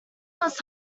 was